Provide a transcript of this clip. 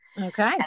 Okay